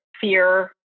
fear